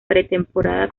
pretemporada